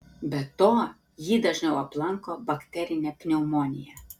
be to jį dažniau aplanko bakterinė pneumonija